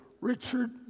Richard